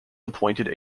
appointed